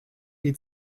die